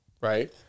Right